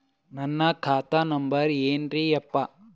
ನನ್ನ ಖಾತಾ ನಂಬರ್ ಏನ್ರೀ ಯಪ್ಪಾ?